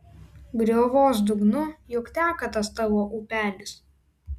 griovos dugnu juk teka tas tavo upelis